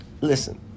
listen